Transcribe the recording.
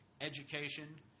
education